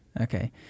Okay